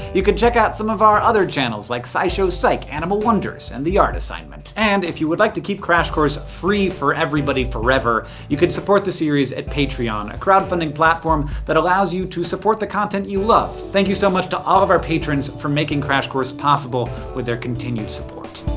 you can check out some of our other channels like scishow psych, animal wonders, and the art assignment. and, if you'd like to keep crash course free for everybody, forever, you can support the series at patreon a crowdfunding platform that allows you to support the content you love. thank you so to all of our patrons for making crash course possible with their continued support.